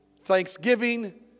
Thanksgiving